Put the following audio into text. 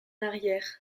arrière